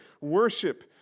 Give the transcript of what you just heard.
worship